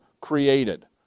created